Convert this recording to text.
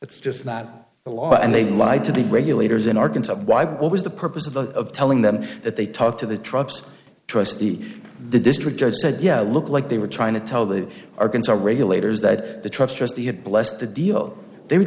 it's just not the law and they lied to the regulators in arkansas why what was the purpose of the of telling them that they talked to the trucks trustee the district judge said yeah look like they were trying to tell the arkansas regulators that the trucks just the it blessed the deal they